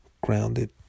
grounded